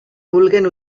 vulguin